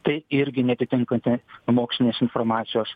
tai irgi neatitinkanti mokslinės informacijos